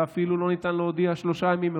ואפילו לא ניתן להודיע שלושה ימים מראש,